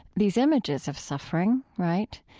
these images of suffering, right?